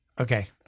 Okay